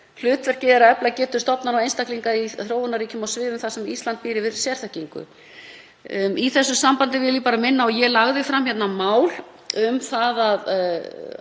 Hlutverkið er að efla getu stofnana og einstaklinga í þróunarríkjum á sviðum þar sem Ísland býr yfir sérþekkingu. Í þessu sambandi vil ég bara minna á að ég lagði fram mál um að